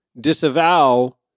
disavow